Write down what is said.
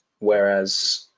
Whereas